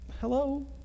hello